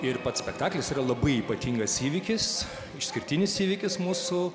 ir pats spektaklis yra labai ypatingas įvykis išskirtinis įvykis mūsų